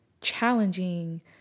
challenging